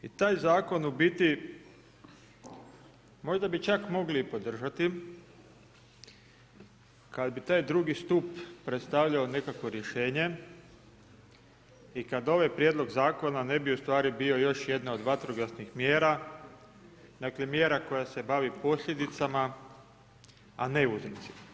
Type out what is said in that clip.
I taj zakon u biti možda bi čak mogli i podržati kad bi taj drugi stup predstavljao nekakvo rješenje i kad ovaj prijedlog zakona ne bi ustvari bio još jedna od vatrogasnih mjera, dakle mjera koja se bavi posljedicama a ne uzrocima.